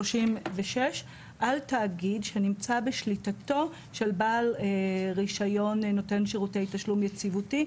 ו-36 על תאגיד שנמצא בשליטתו של בעל רישיון נותן שירותי תשלום יציבותי.